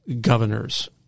governors